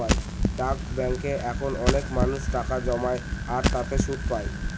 ডাক ব্যাঙ্কে এখন অনেক মানুষ টাকা জমায় আর তাতে সুদ পাই